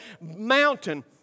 mountain